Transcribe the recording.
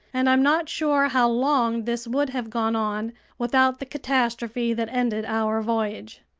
and i'm not sure how long this would have gone on without the catastrophe that ended our voyage.